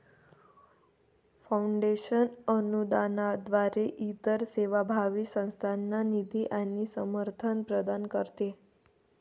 foundation अनुदानाद्वारे इतर सेवाभावी संस्थांना निधी आणि समर्थन प्रदान करते